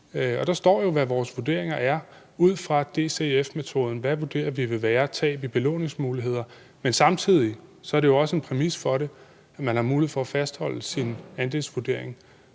Der står jo, hvad vores vurderinger er ud fra DCF-metoden, altså hvad vi vurderer vil være tab i belåningsmuligheder. Men samtidig er det jo også en præmis for det, at man har mulighed for at fastholde sin andelsvurdering.